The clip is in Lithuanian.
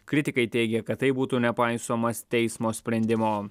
kritikai teigia kad taip būtų nepaisoma teismo sprendimo